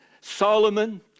Solomon